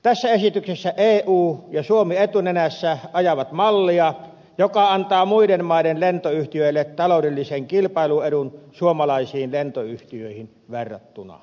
tässä esityksessä eu ja suomi etunenässä ajavat mallia joka antaa muiden maiden lentoyhtiöille taloudellisen kilpailuedun suomalaisiin lentoyhtiöihin verrattuna